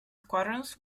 squadrons